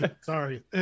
sorry